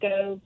go